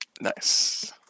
Nice